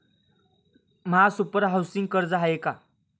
महासुपर हाउसिंग कर्ज आहे का?